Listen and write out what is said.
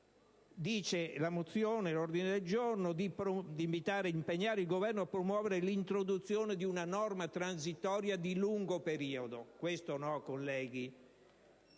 quella parte dell'ordine del giorno in cui si impegna il Governo «a promuovere l'introduzione di una norma transitoria di lungo periodo». Questo no, colleghi!